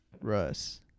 Russ